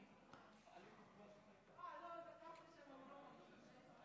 תמיד טוב שיש חבר לסיעה שנותן גיבוי.